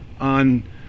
on